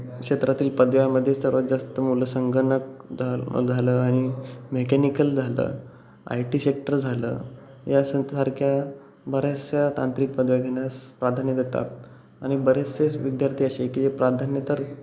क्षेत्रातील पदव्यामध्ये सर्वात जास्त मुलं संगणक झा झालं आणि मेकॅनिकल झालं आय टी सेक्टर झालं या सं सारख्या बऱ्याचशा तांत्रिक पदव्या घेण्यास प्राधान्य देतात आणि बरेचसेच विद्यार्थी असे आहेत की प्राधान्य तर